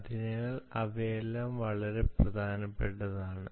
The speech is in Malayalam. അതിനാൽ ഇവയെല്ലാം വളരെ പ്രധാനപ്പെട്ടതാണ്